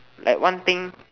like one thing